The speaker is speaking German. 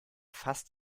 fast